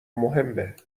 مهمه